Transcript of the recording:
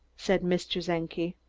said mr. czenki.